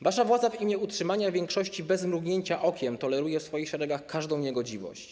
Wasza władza w imię utrzymania większości bez mrugnięcia okiem toleruje w swoich szeregach każdą niegodziwość.